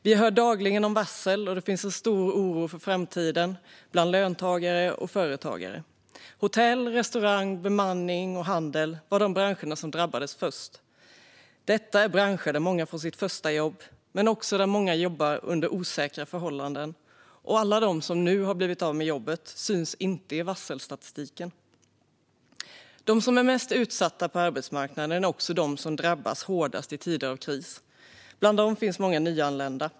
Vi hör dagligen om varsel, och det finns en stor oro för framtiden bland både löntagare och företagare. Hotell, restaurang, bemanning och handel var de branscher som drabbades först. Detta är branscher där många får sitt första jobb men också där många jobbar under osäkra förhållanden, och alla som nu har blivit av med jobbet syns inte i varselstatistiken. De som är mest utsatta på arbetsmarknaden är också de som drabbas hårdast i tider av kris. Bland dem finns många nyanlända.